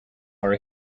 are